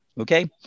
Okay